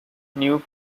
new